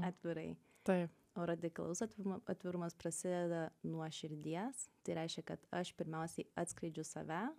atvirai taip o radikalus atvirum atvirumas prasideda nuo širdies tai reiškia kad aš pirmiausiai atskleidžiu save